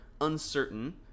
uncertain